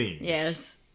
Yes